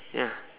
ya